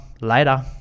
later